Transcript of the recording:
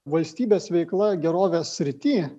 valstybės veikla gerovės srity